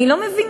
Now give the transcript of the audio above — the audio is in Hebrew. אני לא מבינה.